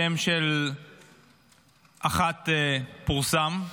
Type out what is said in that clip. שם של אחת פורסם.